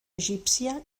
egípcia